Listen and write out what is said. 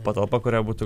patalpa kurią būtų